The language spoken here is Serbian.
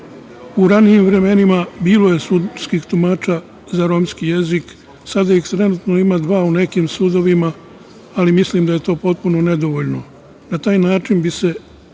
ranijim vremenima bilo je sudskih tumača za romski jezik, sada ih trenutno ima dva u nekim sudovima, ali mislim da je to potpuno nedovoljno. Na taj način bi se